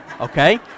okay